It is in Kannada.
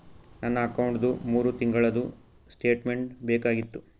ನನ್ನ ಅಕೌಂಟ್ದು ಮೂರು ತಿಂಗಳದು ಸ್ಟೇಟ್ಮೆಂಟ್ ಬೇಕಾಗಿತ್ತು?